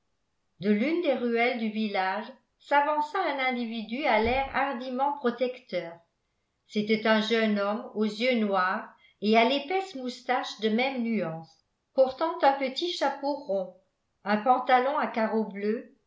de l'une des ruelles du village s'avança un individu à l'air hardiment protecteur c'était un jeune homme aux yeux noirs et à l'épaisse moustache de même nuance portant un petit chapeau rond un pantalon à carreaux bleus